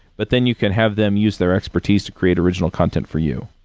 but then you can have them use their expertise to create original content for you.